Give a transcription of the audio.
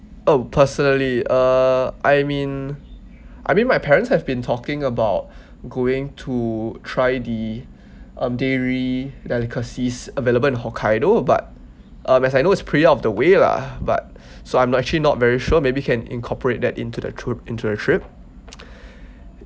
oh personally uh I mean I mean my parents have been talking about going to try the um dairy delicacies available in hokkaido but uh as I know it's pretty out of the way lah but so I'm not actually not very sure maybe can incorporate that into the tour into the trip